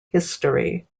history